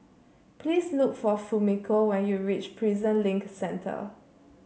please look for Fumiko when you reach Prison Link Centre